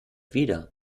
wieder